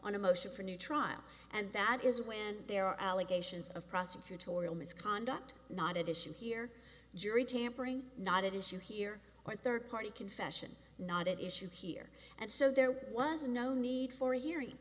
on a motion for a new trial and that is when there are allegations of prosecutorial misconduct not at issue here jury tampering not at issue here or third party confession not at issue here and so there was no need for a hearing